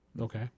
Okay